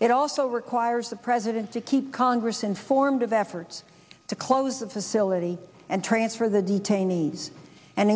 it also requires the president to keep congress informed of efforts to close the facility and transfer the detainees and